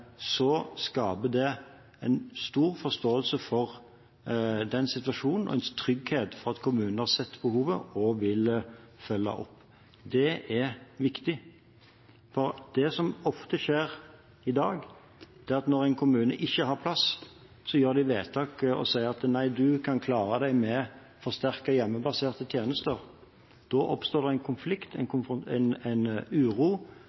så skaper det en stor forståelse for den situasjonen og en trygghet for at kommunen har sett behovet og vil følge opp. Det er viktig, for det som ofte skjer i dag, er at når en kommune ikke har plass, gjør de vedtak og sier at en kan klare seg med forsterkede, hjemmebaserte tjenester. Da oppstår det en konflikt og en uro